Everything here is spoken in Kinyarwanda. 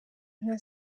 nka